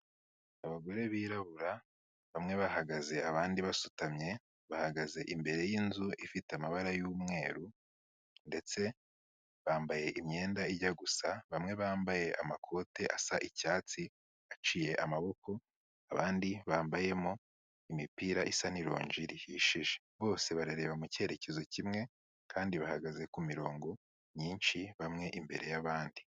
Abagore birabura, bamwe bahagaze abandi basutamye bahagaze imbere yinzu ifite amabara yumweru ndetse bambaye imyenda ijya gusa, bamwe bambaye amakoti asa icyatsi aciye amaboko abandi bambayemo imipira isa n'irongi rihishije. Bose bareba mu cyerekezo kimwe kandi bahagaze ku mirongo myinshi bamwe imbere yabandi.